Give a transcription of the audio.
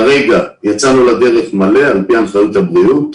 כרגע יצאנו לדרך באופן מלא, על פי הנחיות הבריאות.